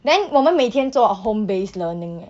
then 我们每天做 home based learning eh